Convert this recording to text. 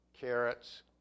carrots